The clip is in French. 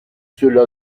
cela